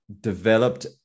developed